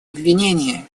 обвинения